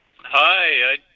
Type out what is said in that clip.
Hi